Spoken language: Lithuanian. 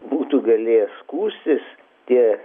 būtų galėję skųstis tie